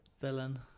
villain